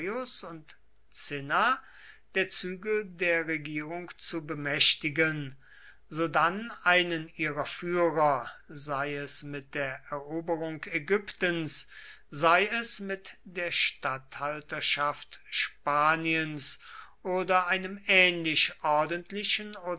und cinna der zügel der regierung zu bemächtigen sodann einen ihrer führer sei es mit der eroberung ägyptens sei es mit der statthalterschaft spaniens oder einem ähnlichen